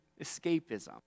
escapism